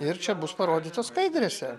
ir čia bus parodytos skaidrėse